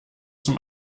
zum